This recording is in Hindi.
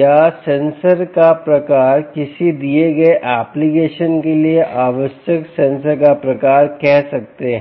या सेंसर का प्रकार किसी दिए गए एप्लिकेशन के लिए आवश्यक सेंसर का प्रकार कह सकते है